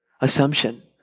assumption